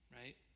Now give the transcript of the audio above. right